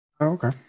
Okay